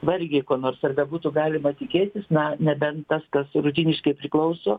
vargiai ko nors ar nebūtų galima tikėtis na nebent tas kas rutiniškai priklauso